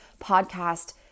podcast